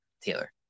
Taylor